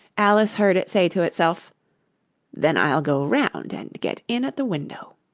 alice heard it say to itself then i'll go round and get in at the window